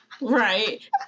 right